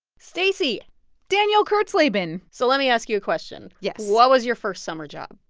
stacey danielle kurtzleben so let me ask you a question yes what was your first summer job?